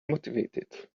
motivated